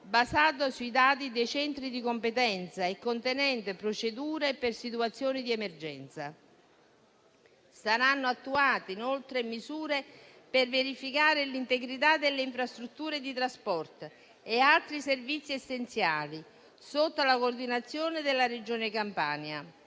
basato sui dati dei centri di competenza e contenente procedure per situazioni di emergenza. Saranno attuate inoltre misure per verificare l'integrità delle infrastrutture di trasporto e altri servizi essenziali. Sotto la coordinazione della Regione Campania,